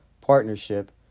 partnership